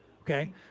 Okay